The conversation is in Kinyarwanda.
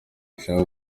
ushaka